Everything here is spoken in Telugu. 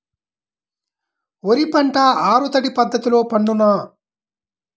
వరి పంట ఆరు తడి పద్ధతిలో పండునా?